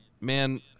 man